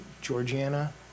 georgiana